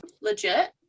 Legit